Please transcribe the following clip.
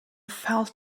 felt